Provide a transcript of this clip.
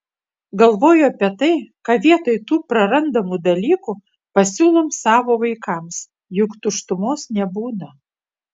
galvoju apie tai ką vietoj tų prarandamų dalykų pasiūlom savo vaikams juk tuštumos nebūna